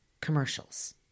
commercials